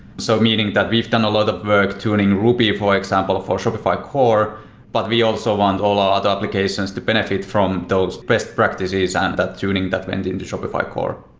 so meaning that we've done a lot of work tuning ruby, for example, for shopify core but we also want all our other applications to benefit from those best practices and that turning that went into into shopify core.